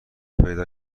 پیدا